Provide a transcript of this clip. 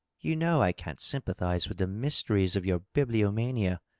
you know i can't sympathize with the mysteries of your bibliomania.